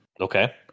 Okay